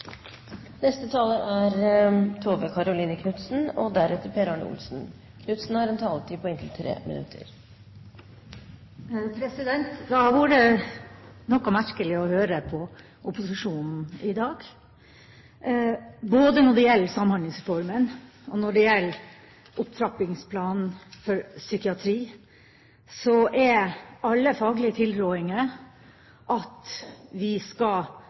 Det har vært noe merkelig å høre på opposisjonen i dag. Både når det gjelder Samhandlingsreformen, og når det gjelder opptrappingsplanen for psykiatri, er alle faglige tilrådinger at vi skal